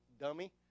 dummy